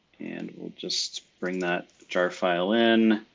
and we'll just bring that jar file in